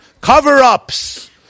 cover-ups